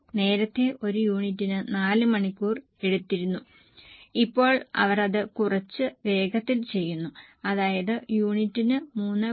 നേരത്തെ ഒരു യൂണിറ്റിന് 4 മണിക്കൂർ എടുത്തിരുന്നു ഇപ്പോൾ അവർ അത് കുറച്ച് വേഗത്തിൽ ചെയ്യുന്നു അതായത് യൂണിറ്റിന് 3